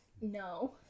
No